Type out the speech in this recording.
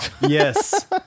Yes